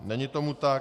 Není tomu tak.